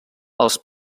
els